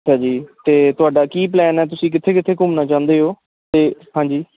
ਅੱਛਾ ਜੀ ਅਤੇ ਤੁਹਾਡਾ ਕੀ ਪਲੈਨ ਹੈ ਤੁਸੀਂ ਕਿੱਥੇ ਕਿੱਥੇ ਘੁੰਮਣਾ ਚਾਹੁੰਦੇ ਹੋ ਅਤੇ ਹਾਂਜੀ